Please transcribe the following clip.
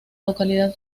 localidad